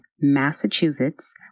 Massachusetts